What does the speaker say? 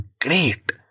great